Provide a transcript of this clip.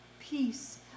peace